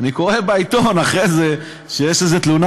אני קורא בעיתון אחרי זה שיש איזו תלונה,